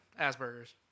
Asperger's